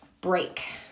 break